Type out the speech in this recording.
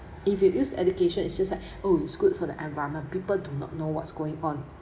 if you use education its just like oh it's good for the environment people do not know what's going on